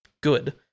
Good